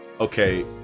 okay